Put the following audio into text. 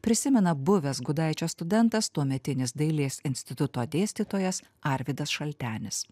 prisimena buvęs gudaičio studentas tuometinis dailės instituto dėstytojas arvydas šaltenis